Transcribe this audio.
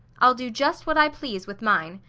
i'll do just what i please with mine.